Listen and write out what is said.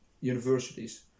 universities